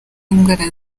indwara